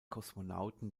kosmonauten